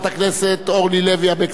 37 בעד,